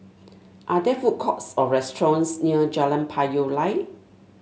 are there food courts or restaurants near Jalan Payoh Lai